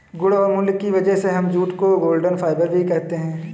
गुण और मूल्य की वजह से हम जूट को गोल्डन फाइबर भी कहते है